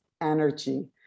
energy